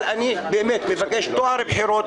אני מבקש טוהר בחירות.